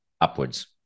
upwards